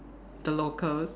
the locals